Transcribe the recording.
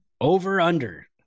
over-under